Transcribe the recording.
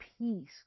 peace